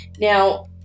Now